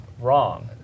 Wrong